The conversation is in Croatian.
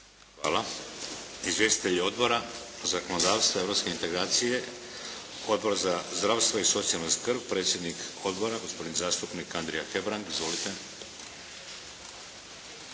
Hvala. Izvjestitelji odbora? Zakonodavstva? Europske integracije? Odbor za zdravstvo i socijalnu skrb, predsjednik Odbora gospodin zastupnik Andrija Hebrang. Izvolite.